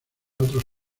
otros